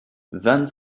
vingt